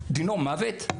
דינו מוות?